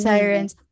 Sirens